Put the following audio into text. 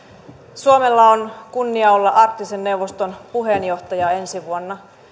suomella on kunnia olla arktisen neuvoston puheenjohtaja ensi vuonna